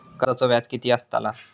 कर्जाचो व्याज कीती असताला?